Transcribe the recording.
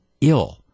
ill